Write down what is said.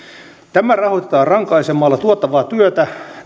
tämä rahoitetaan rankaisemalla tuottavaa työtä